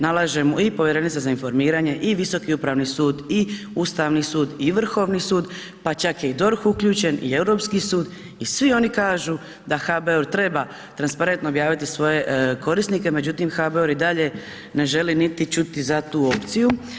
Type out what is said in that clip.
Nalaže mi i Povjerenica za informiranje i Visoki upravni sud i Ustavni sud i Vrhovni sud, pa čak je i DORH uključen i Europski sud i svi oni kažu da HBOR treba transparentno objaviti svoje korisnike, međutim, HBOR i dalje ne želi niti čuti za tu opciju.